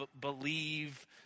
believe